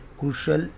crucial